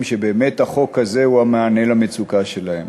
שבאמת החוק הזה הוא המענה למצוקה שלהם,